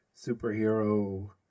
superhero